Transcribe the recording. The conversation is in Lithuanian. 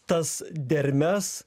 tas dermes